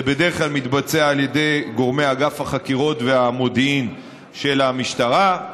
זה בדרך כלל מתבצע על ידי אגף החקירות והמודיעין של המשטרה,